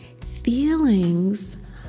Feelings